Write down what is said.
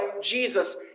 Jesus